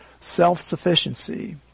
self-sufficiency